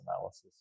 analysis